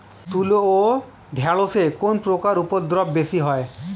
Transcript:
তুলো ও ঢেঁড়সে কোন পোকার উপদ্রব বেশি হয়?